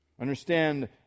Understand